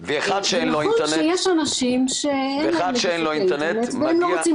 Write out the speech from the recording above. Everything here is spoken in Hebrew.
איך עושים ומה עושים